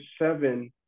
Seven